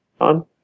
on